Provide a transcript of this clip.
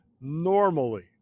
normally